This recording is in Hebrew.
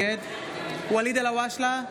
נעבור להצבעה על ההצעה להביע אי-אמון בממשלה של